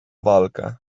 walkę